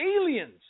aliens